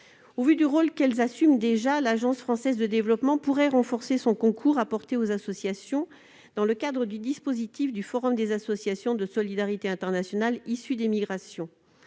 Au vu du rôle qu'elles assument déjà, l'AFD pourrait renforcer son concours apporté aux associations dans le cadre du dispositif du Forum des organisations de solidarité internationale issues des migrations